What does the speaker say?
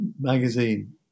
magazine